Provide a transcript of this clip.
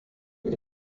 est